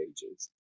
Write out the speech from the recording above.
pages